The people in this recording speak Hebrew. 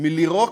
מלירוק